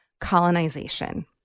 colonization